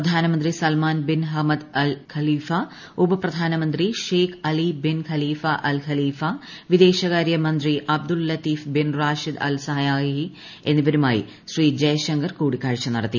പ്രധാനമന്ത്രി Salman bin Hamad രാൻ Khalifa ഉപപ്രധാനമന്ത്രി Sheikh Ali bin Khalifa Al Khalifa Al Khalifa വിദേശകാര്യ മന്ത്രി Abdul Latif bin Rashid Al Zayani എന്നിവരുമായി ശ്രീ ജയ്ശങ്കർ കൂടിക്കാഴ്ച നടത്തി